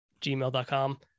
gmail.com